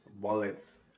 wallets